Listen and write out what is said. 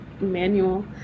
manual